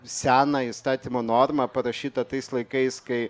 seną įstatymo normą parašytą tais laikais kai